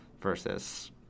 versus